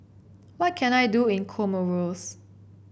what can I do in Comoros